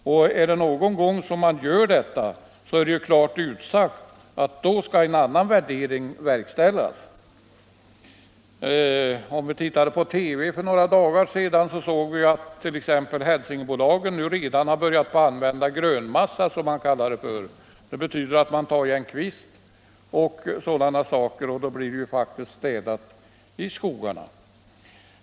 Och gör man detta någon gång är det klart utsagt att då skall en annan värdering verkställas. I TV kunde vi för några dagar sedan se att t.ex. Hälsingebolagen redan har börjat använda grönmassa, som man kallar det. Detta betyder att man tar till vara kvist och sådana saker, och då blir det faktiskt städat i skogarna.